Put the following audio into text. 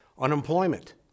Unemployment